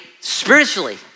spiritually